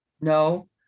No